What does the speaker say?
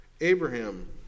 Abraham